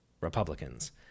Republicans